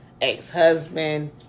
ex-husband